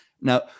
now